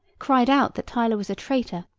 cried out that tyler was a traitor,